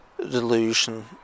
delusion